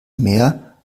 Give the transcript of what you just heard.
mehr